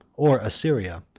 or assyria,